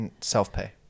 self-pay